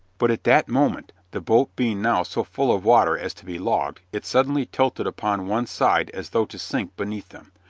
but at that moment, the boat being now so full of water as to be logged, it suddenly tilted upon one side as though to sink beneath them,